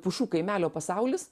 pušų kaimelio pasaulis